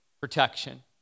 protection